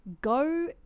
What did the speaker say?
go